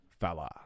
fella